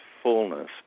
fullness